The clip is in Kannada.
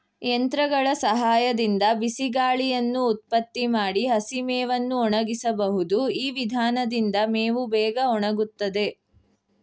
ಯಂತ್ರಗಳ ಸಹಾಯದಿಂದ ಬಿಸಿಗಾಳಿಯನ್ನು ಉತ್ಪತ್ತಿ ಮಾಡಿ ಹಸಿಮೇವನ್ನು ಒಣಗಿಸಬಹುದು ಈ ವಿಧಾನದಿಂದ ಮೇವು ಬೇಗ ಒಣಗುತ್ತದೆ